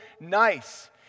nice